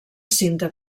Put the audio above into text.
cinta